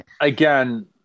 again